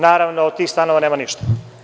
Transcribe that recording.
Naravno, od tih stanova nema ništa.